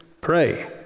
pray